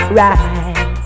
right